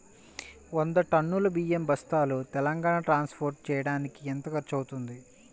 వంద టన్నులు బియ్యం బస్తాలు తెలంగాణ ట్రాస్పోర్ట్ చేయటానికి కి ఎంత ఖర్చు అవుతుంది?